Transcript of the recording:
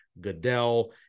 Goodell